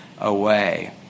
away